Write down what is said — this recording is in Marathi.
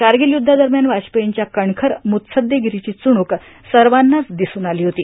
कारगिल युद्धा दरम्यान वाजपेयींच्या कणखर मुत्सद्देगिरीची चुणूक सर्वांनाच दिसून आली होती